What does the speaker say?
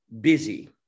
busy